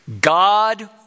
God